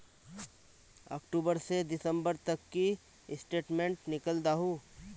अक्टूबर से दिसंबर तक की स्टेटमेंट निकल दाहू?